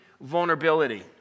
vulnerability